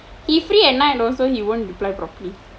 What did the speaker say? he free at night he also he won't reply properly